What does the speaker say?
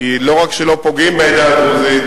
כי לא רק שלא פוגעים בעדה הדרוזית,